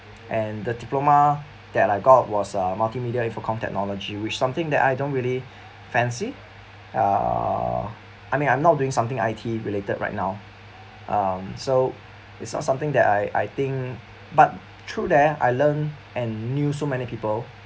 and the diploma that I got was uh multimedia info communication technology which was something that I don't really fancy uh I mean I'm not doing something I_T related right now um so it's not something that I I think but through there I learn and knew so many people